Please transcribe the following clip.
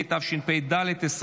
התשפ"ד 2024,